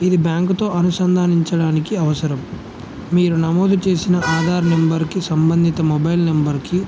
ఇది బ్యాంకుతో అనుసంధానించడానికి అవసరం మీరు నమోదు చేసిన ఆధార్ నెంబర్కి సంబంధిత మొబైల్ నెంబర్కి